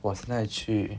我现在去